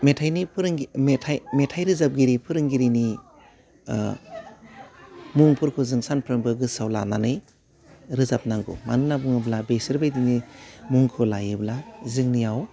मेथाइनि फोरोंगि मेथाइ मेथाइ रोजाबगिरि फोरोंगिरिनि ओह मुंफोरखौ जों सानफ्रोमबो गोसोआव लानानै रोजाबनांगौ मानो होनना बुङोब्ला बेसोरबायदिनो मुंखौ लायोब्ला जोंनियाव